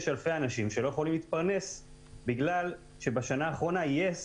יש אלפי אנשים שלא יכולים להתפרנס בגלל שבשנה האחרונה חברת יס